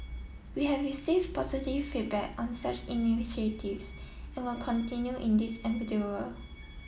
we have receive positive feedback on such initiatives and will continue in this endeavour